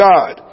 God